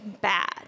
bad